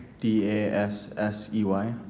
D-A-S-S-E-Y